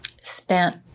spent